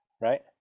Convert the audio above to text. right